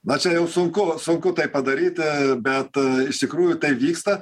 na čia jau sunku sunku tai padaryti bet iš tikrųjų tai vyksta